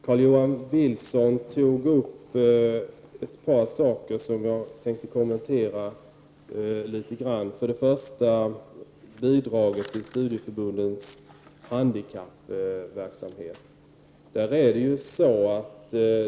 Carl-Johan Wilson tog upp ett par saker som jag skall kommentera något. Det gäller först bidraget till studieförbundens handikappverksamhet.